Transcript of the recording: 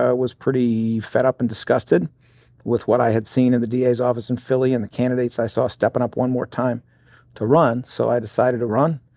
ah was pretty fed up and disgusted with what i had seen in the da's office in philly and the candidates i saw steppin' up one more time to run. so i decided to run.